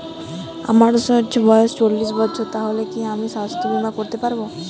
আমার বয়স চল্লিশ বছর তাহলে কি আমি সাস্থ্য বীমা করতে পারবো?